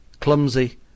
clumsy